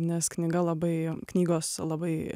nes knyga labai knygos labai